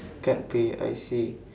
cut pay I see